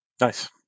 Nice